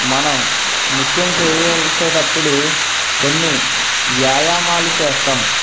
మనం నృత్యం చేయాల్సినప్పుడు కొన్ని వ్యాయామాలు చేస్తాం